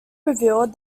revealed